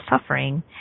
suffering